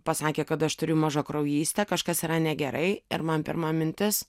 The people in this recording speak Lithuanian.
pasakė kad aš turiu mažakraujystę kažkas yra negerai ir man pirma mintis